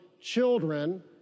children